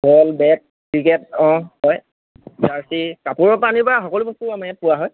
বল bat cricket অঁ হয় কাপোৰ পৰা সকলো বস্তু মানে পোৱা হয়